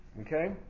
Okay